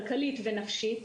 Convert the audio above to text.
כלכלית ונפשית.